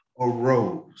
arose